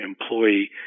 employee